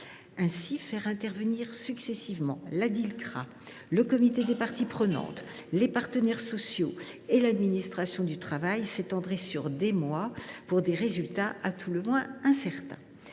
Faire intervenir successivement la Dilcrah, le comité des parties prenantes, les partenaires sociaux et l’administration du travail prendrait des mois, pour des résultats pour le moins incertains,